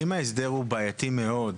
אם ההסדר הוא בעייתי מאוד,